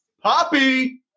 Poppy